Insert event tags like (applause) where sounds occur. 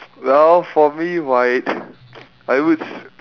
well for me right (noise) I would s~